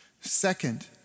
Second